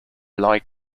alike